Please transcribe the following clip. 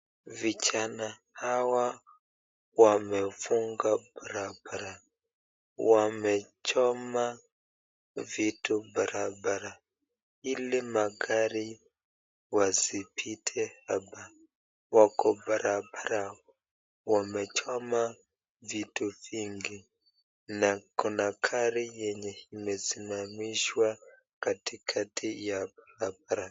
Vijana hawa wamefunga barabara, wamechoma vitu barabara ile magari wasipite hapa. Wako barabara wamechoma vitu vingi. Na kuna gari yenye imesimamishwa katikati ya barabara